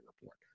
report